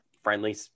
friendly